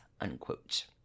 unquote